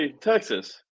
Texas